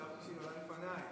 חשבתי שהיא עולה לפניי.